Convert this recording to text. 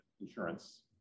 insurance